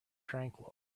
tranquil